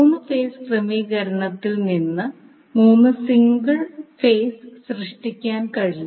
3 phase ക്രമീകരണത്തിൽ നിന്ന് 3 single phase സൃഷ്ടിക്കാൻ കഴിയും